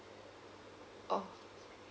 oh